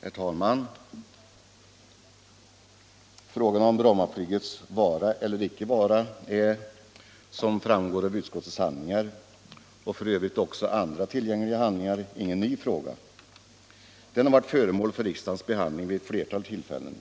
Herr talman! Frågan om Brommaflygets vara eller icke vara är, som framgår av utskottets handlingar, och f.ö. också av andra tillgängliga handlingar, ingen ny fråga. Den har varit föremål för riksdagens behandling vid ett flertal tillfällen.